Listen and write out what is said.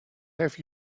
have